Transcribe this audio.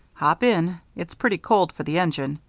hop in it's pretty cold for the engine.